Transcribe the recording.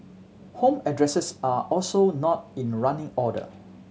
home addresses are also not in running order